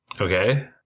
okay